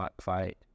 fight